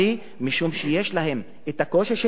משום שיש להם הקושי של השפה,